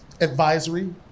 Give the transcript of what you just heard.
advisory